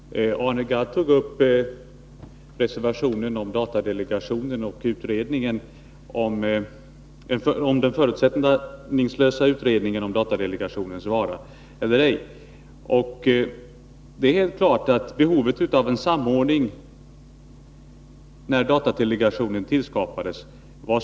Fru talman! Arne Gadd tog upp reservationen om datadelegationen och den förutsättningslösa utredningen om dess vara eller ej. Det är helt klart att behovet av en samordning var stort när datadelegationen tillskapades.